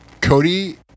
Cody